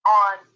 on